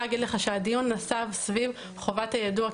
להגיד לך שהדיון נסב סביב חובת היידוע.